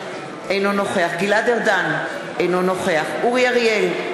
אינו נוכח גלעד ארדן, אינו נוכח אורי אריאל,